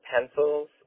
pencils